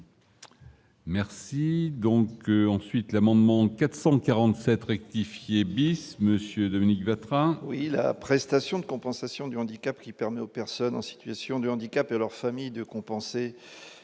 Merci donc ensuite l'amendement 447 rectifier bis monsieur Dominique Vatrin. Oui, la prestation de compensation du handicap, qui permet aux personnes en situation de handicap et leurs familles, de compenser